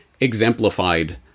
exemplified